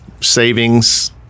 savings